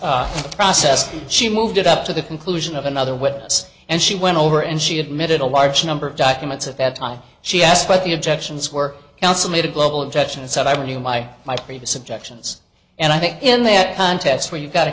the process she moved it up to the conclusion of another witness and she went over and she admitted a large number of documents at that time she asked what the objections were he also made a global objection and said i knew my my previous objections and i think in that contest where you've got